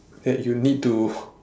that you need to